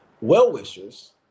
Well-wishers